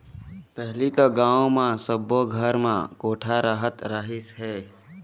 पहिली तो गाँव म सब्बो घर म कोठा रहत रहिस हे